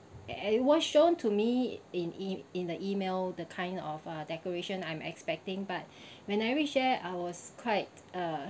and it was shown to me in in in the email the kind of a decoration I'm expecting but when I reach there I was quite uh